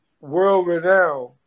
world-renowned